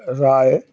রায়